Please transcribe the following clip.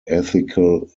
ethical